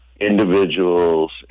individuals